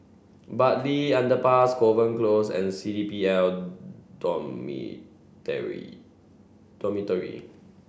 Bartley Underpass Kovan Close and C D P L Dormitory